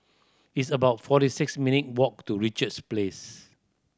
it's about forty six minute walk to Richards Place